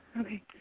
Okay